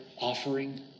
offering